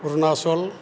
Arunachal